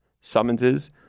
summonses